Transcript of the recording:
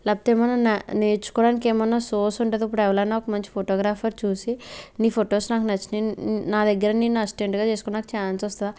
లేకపోతే మనం నా నేర్చుకోడానికి ఏమన్నా సోర్స్ ఉంటదా ఇప్పుడు ఎవలన్న ఒక మంచి ఫోటోగ్రాఫర్ చూసి నీ ఫోటోస్ నాకు నచ్చినాయి నా దగ్గర నిన్ను అసిస్టెంట్గా చేసుకుంటా నాకు ఛాన్స్ వస్తే